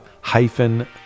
hyphen